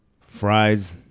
fries